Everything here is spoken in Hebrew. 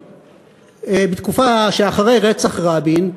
בתקופה שאחרי רצח רבין,